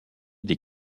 des